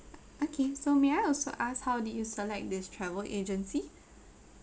okay so may I also ask how did you select this travel agency